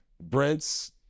Brent's